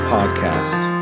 Podcast